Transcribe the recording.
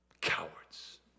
Cowards